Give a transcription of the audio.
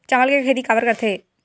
चावल के खेती काबर करथे?